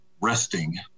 resting